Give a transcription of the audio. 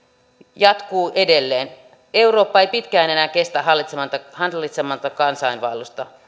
jatkuu edelleen eurooppa ei pitkään enää kestä hallitsematonta hallitsematonta kansainvaellusta